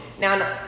Now